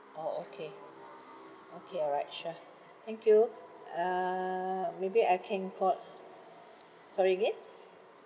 orh okay okay all right sure thank you uh maybe I can call sorry again